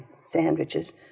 sandwiches